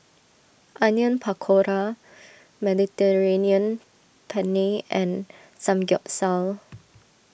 Onion Pakora Mediterranean Penne and Samgyeopsal